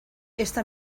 esta